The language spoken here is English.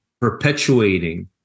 perpetuating